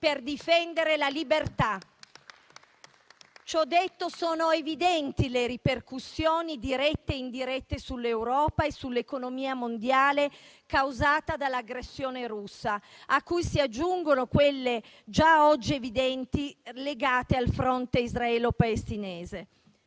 la libertà. Ciò detto, sono evidenti le ripercussioni dirette e indirette sull'Europa e sull'economia mondiale causate dall'aggressione russa, a cui si aggiungono quelle già oggi evidenti legate al fronte israelo-palestinese.